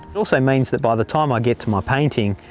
it also means that by the time i get to my paintings,